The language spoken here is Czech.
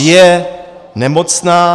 Je nemocná.